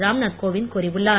ராம்நாத் கோவிந்த் கூறியுள்ளார்